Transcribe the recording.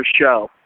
show